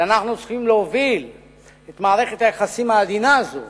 שאנחנו צריכים להוביל את מערכת היחסים העדינה הזאת